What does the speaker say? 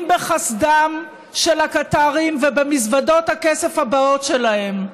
בחסדם של הקטארים ובמזוודות הכסף הבאות שלהם.